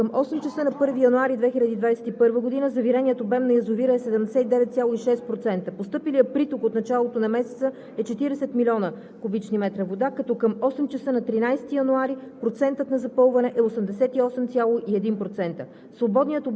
няма опасност от преливане. Каскадата „Доспат – Въча“. Към 8,00 ч. на 1 януари 2021 г. завиреният обем на язовира е 79,6%. Постъпилият приток от началото на месеца е 40 млн. куб. м вода, като към 8,00 ч. на 13 януари